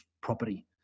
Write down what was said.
property